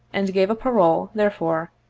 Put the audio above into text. and gave a parole, therefore,